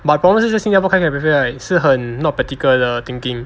but problem 是在新加坡开 cafe right 是很 not practical 的 thinking